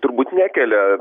turbūt nekelia